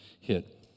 hit